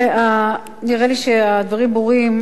נראה לי שהדברים ברורים,